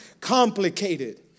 complicated